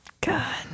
God